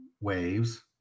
waves